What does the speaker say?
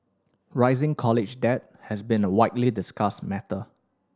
rising college debt has been a widely discussed matter